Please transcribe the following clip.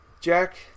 Jack